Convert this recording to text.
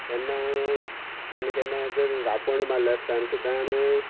तेन्ना केन्ना केन्ना जर राकोण मारले आसतना सुद्दां न